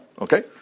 Okay